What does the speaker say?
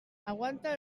aguanta